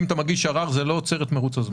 אם אתה מגיש ערר זה לא עוצר את מרוץ הזמן.